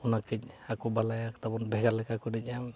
ᱚᱱᱟ ᱠᱟᱹᱡ ᱟᱠᱚ ᱵᱟᱞᱟᱭᱟ ᱛᱟᱵᱚᱱ ᱵᱷᱮᱜᱟᱨ ᱞᱮᱠᱟ ᱠᱚ ᱮᱱᱮᱡᱟ